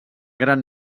gran